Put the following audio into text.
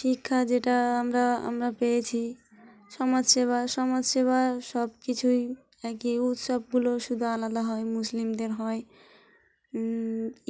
শিক্ষা যেটা আমরা আমরা পেয়েছি সমাজসেবা সমাজসেবা সব কিছুই একই উৎসবগুলো শুধু আলাদা হয় মুসলিমদের হয়